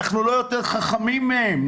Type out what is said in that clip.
אנחנו לא יותר חכמים מהם,